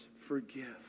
forgive